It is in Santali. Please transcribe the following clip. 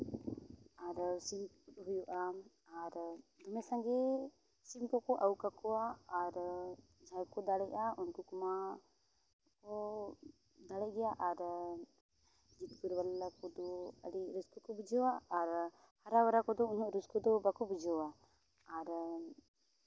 ᱟᱨ ᱥᱤᱢ ᱛᱩᱯᱩᱫ ᱦᱩᱭᱩᱜᱼᱟ ᱟᱨ ᱫᱚᱢᱮ ᱥᱟᱸᱜᱮ ᱥᱤᱢ ᱠᱚ ᱠᱚ ᱟᱹᱜᱩ ᱠᱟᱠᱚᱣᱟ ᱟᱨ ᱡᱟᱦᱟᱸᱭ ᱠᱚ ᱫᱟᱲᱮᱟᱜᱼᱟ ᱩᱱᱠᱩ ᱠᱚᱢᱟ ᱠᱚ ᱫᱟᱲᱮᱜ ᱜᱮᱭᱟ ᱟᱨ ᱡᱤᱛᱠᱟᱹᱨ ᱵᱟᱞᱟ ᱠᱚᱫᱚ ᱟᱹᱰᱤ ᱨᱟᱹᱥᱠᱟᱹ ᱠᱚ ᱵᱩᱡᱷᱟᱹᱣᱟ ᱟᱨ ᱦᱟᱨᱟᱣ ᱵᱟᱞᱟ ᱠᱚᱫᱚ ᱩᱱᱟᱹᱜ ᱨᱟᱹᱥᱠᱟᱹ ᱫᱚ ᱵᱟᱠᱚ ᱵᱩᱡᱷᱟᱹᱣᱟ ᱟᱨ